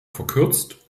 verkürzt